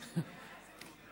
תתחיל.